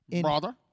Brother